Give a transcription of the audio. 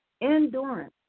endurance